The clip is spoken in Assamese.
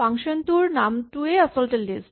ফাংচন টোৰ নামটোৱেই আচলতে লিষ্ট